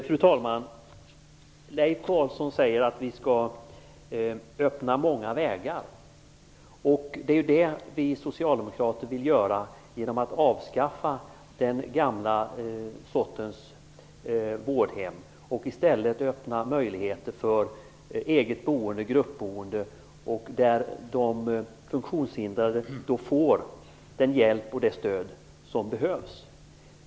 Fru talman! Leif Carlson säger att vi skall öppna många vägar. Det är precis det som vi socialdemokrater vill göra genom att avskaffa den gamla sortens vårdhem. I stället vill vi öppna möjligheter för eget boende och gruppboende, där de funktionshindrade får den hjälp och det stöd som de behöver.